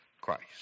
Christ